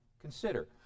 Consider